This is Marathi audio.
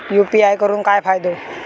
यू.पी.आय करून काय फायदो?